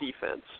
defense